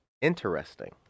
interesting